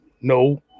no